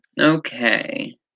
okay